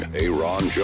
Aaron